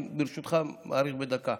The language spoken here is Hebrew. אני, ברשותך, מאריך בדקה.